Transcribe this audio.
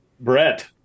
Brett